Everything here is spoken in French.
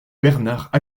bernard